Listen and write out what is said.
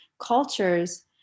cultures